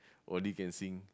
only can sing